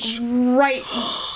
right